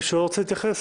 מישהו עוד רוצה להתייחס?